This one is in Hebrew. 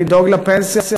לדאוג לפנסיה,